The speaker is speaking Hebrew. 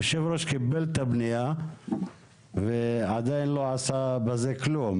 היושב ראש קיבל את הפנייה ועדיין לא עשה בזה כלום,